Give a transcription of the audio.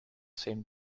same